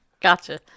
Gotcha